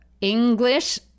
English